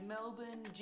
Melbourne